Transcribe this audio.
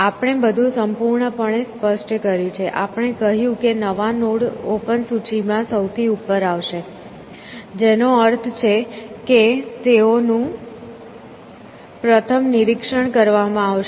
આપણે બધું સંપૂર્ણપણે સ્પષ્ટ કર્યું છે આપણે કહ્યું છે કે નવા નોડ ઓપન સૂચિમાં સૌથી ઉપર આવશે જેનો અર્થ છે કે તેઓનું પ્રથમ નિરીક્ષણ કરવામાં આવશે